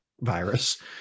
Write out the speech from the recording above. virus